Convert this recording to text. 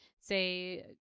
say